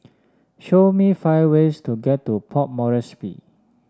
show me five ways to get to Port Moresby